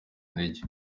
intege